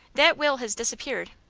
that will has disappeared.